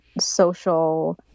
social